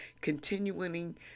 continuing